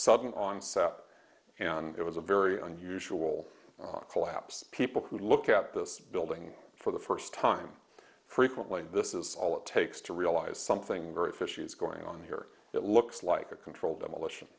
sudden onset and it was a very unusual collapse people who look at this building for the first time frequently this is all it takes to realize something very fishy is going on here it looks like a controlled demolition